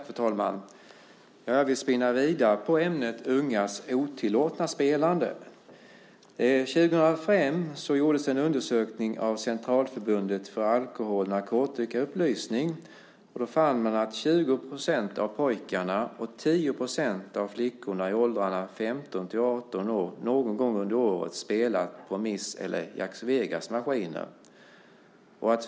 Fru talman! Vi spinner vidare på ämnet ungas otillåtna spelande. 2005 gjordes en undersökning av Centralförbundet för alkohol och narkotikaupplysning. Man fann att 20 % av pojkarna och 10 % av flickorna i åldrarna 15-18 år någon gång under året spelat på Miss Vegas eller Jack Vegas-maskiner.